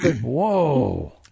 Whoa